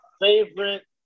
favorite